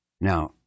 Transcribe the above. now